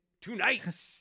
tonight